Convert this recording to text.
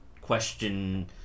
question